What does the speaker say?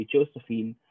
Josephine